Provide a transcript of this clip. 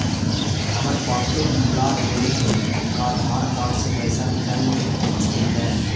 हमर पासबुक भुला गेले हे का आधार कार्ड से पैसा निकल जितै?